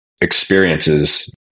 experiences